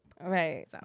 Right